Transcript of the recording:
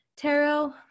Tarot